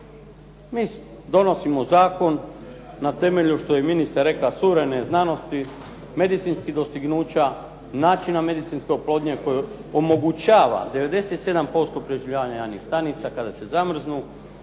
Mi donosimo zakon na temelju što je ministar rekao suvremene znanosti, medicinskih dostignuća, načina medicinske oplodnje koju omogućava 97% preživljanja jajnih stanica kada se zamrznu